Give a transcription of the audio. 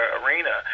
arena